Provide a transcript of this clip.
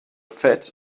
fed